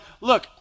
look